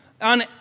on